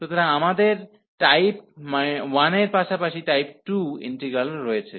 সুতরাং আমাদের টাইপ 1 এর পাশাপাশি টাইপ 2 ইন্টিগ্রালও রয়েছে